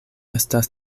estas